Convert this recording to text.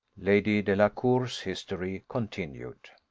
lady delacour's history continued.